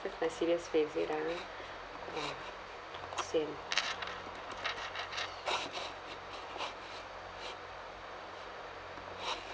that's my serious face wait ah orh same